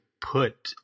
put